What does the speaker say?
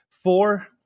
four